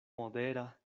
modera